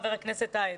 חבר הכנסת טייב,